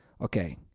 Okay